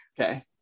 Okay